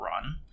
run